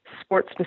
sports